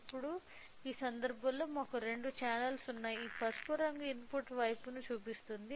ఇప్పుడు ఈ సందర్భంలో మాకు రెండు ఛానెల్లు ఉన్నాయి ఈ పసుపు రంగు ఇన్పుట్ వైపును సూచిస్తుంది